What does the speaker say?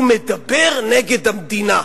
הוא מדבר נגד המדינה.